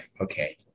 Okay